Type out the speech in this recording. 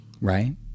Right